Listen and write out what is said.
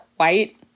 white